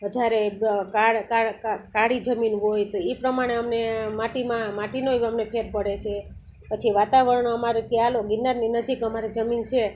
વધારે કાળ કાળ કાળી જમીન હોય તો ઇ પ્રમાણે અમને માટીમાં માટીનોએ અમને ફેર પડે છે પછી વાતાવરણ અમારે ત્યાં હાલો ગિરનારની નજીક અમારે જમીન સે